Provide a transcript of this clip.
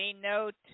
note